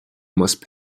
must